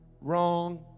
Wrong